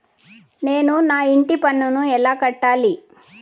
నేను నా ఇంటి పన్నును ఎలా కట్టాలి?